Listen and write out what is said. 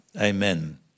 Amen